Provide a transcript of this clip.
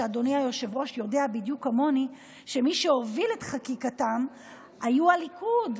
ואדוני היושב-ראש יודע בדיוק כמוני שמי שהוביל את חקיקתם היה הליכוד,